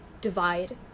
divide